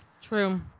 True